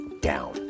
down